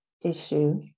issue